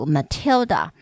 Matilda